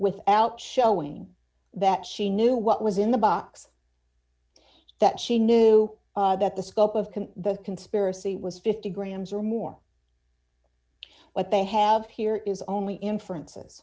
without showing that she knew what was in the box that she knew that the scope of the conspiracy was fifty grams or more what they have here is only inferences